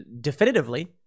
definitively